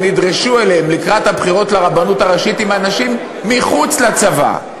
שהם נדרשו אליה לקראת הבחירות לרבנות הראשית עם אנשים מחוץ לצבא,